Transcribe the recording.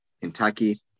kentucky